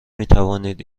میتوانید